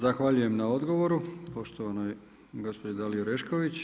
Zahvaljujem na odgovor poštovanoj gospođi Daliji Orešković.